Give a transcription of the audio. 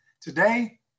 Today